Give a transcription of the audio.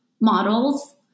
models